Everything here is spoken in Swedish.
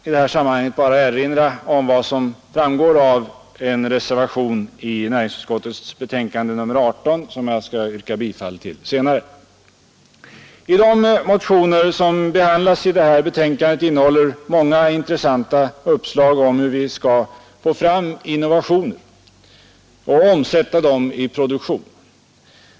I detta sammanhang vill jag bara erinra om vad som framgår av en reservation som är fogad till näringsutskottets betänkande nr 18 och som jag skall yrka bifall till senare. De motioner som behandlas i det betänkandet innehåller många intressanta uppslag om hur vi skall få fram innovationer och omsätta dem i produktion.